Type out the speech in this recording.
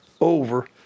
over